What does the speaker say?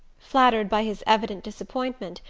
flattered by his evident disappointment,